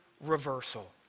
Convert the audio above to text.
reversal